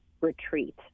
retreat